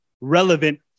relevant